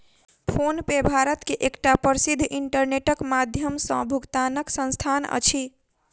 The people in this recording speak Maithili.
फ़ोनपे भारत मे एकटा प्रसिद्ध इंटरनेटक माध्यम सॅ भुगतानक संस्थान अछि